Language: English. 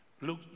Luke